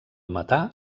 metà